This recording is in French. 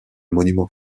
monument